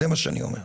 זה מה שאני אומר.